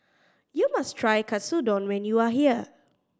you must try Katsudon when you are here